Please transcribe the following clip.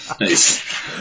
Nice